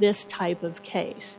this type of case